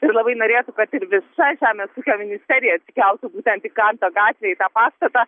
ir labai norėtų kad ir visa žemės ūkio ministerija atsikeltų būtent į kanto gatvę į tą pastatą